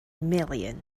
million